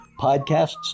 podcasts